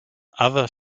other